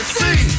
see